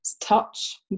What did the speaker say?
touch